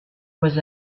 was